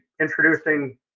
introducing